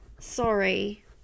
Sorry